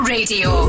Radio